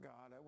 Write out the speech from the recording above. God